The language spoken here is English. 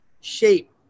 shape